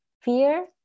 fear